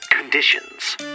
Conditions